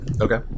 Okay